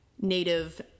native